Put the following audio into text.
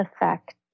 effect